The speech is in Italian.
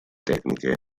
tecniche